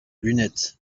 lunettes